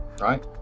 right